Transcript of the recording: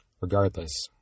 Regardless